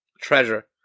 treasure